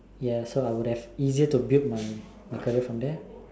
ya so I would have easier to build my career from there